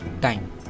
time